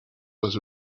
was